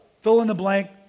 fill-in-the-blank